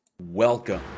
Welcome